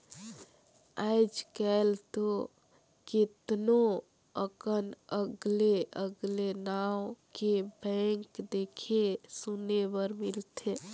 आयज कायल तो केतनो अकन अगले अगले नांव के बैंक देखे सुने बर मिलथे